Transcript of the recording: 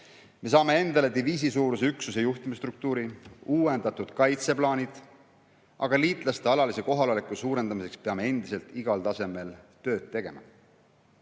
Me saame endale diviisisuuruse üksuse juhtimisstruktuuri, uuendatud kaitseplaanid, aga liitlaste alalise kohaloleku suurendamiseks peame endiselt igal tasemel tööd tegema.